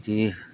যি